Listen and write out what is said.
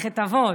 מסכת אבות,